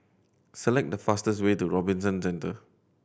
select the fastest way to Robinson Centre